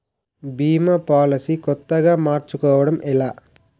భీమా policy కొత్తగా మార్చుకోవడం ఎలా?